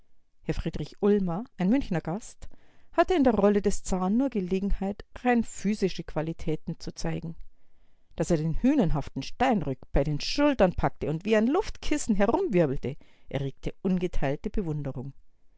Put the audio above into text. friedrich ulmer ein münchener gast hatte in der rolle des zaren nur gelegenheit rein physische qualitäten zu zeigen daß er den hünenhaften steinrück bei den schultern packte und wie ein luftkissen herumwirbelte erregte ungeteilte bewunderung